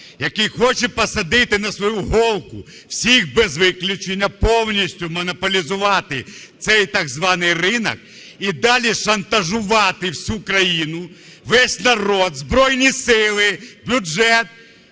який хоче посадити на свою голку всіх без виключення, повністю монополізувати цей так званий ринок, і далі шантажувати всю країну, весь народ, Збройні Сили, бюджет